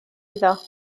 iddo